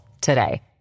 today